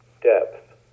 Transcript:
depth